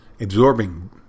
absorbing